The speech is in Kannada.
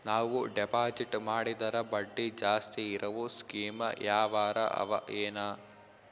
ನಾವು ಡೆಪಾಜಿಟ್ ಮಾಡಿದರ ಬಡ್ಡಿ ಜಾಸ್ತಿ ಇರವು ಸ್ಕೀಮ ಯಾವಾರ ಅವ ಏನ?